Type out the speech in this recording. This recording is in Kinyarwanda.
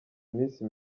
iminsi